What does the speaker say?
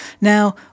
Now